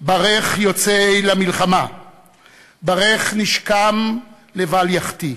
ברך יוצאי למלחמה/ ברך נשקם לבל יחטיא/